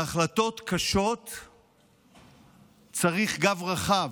להחלטות קשות צריך גב רחב,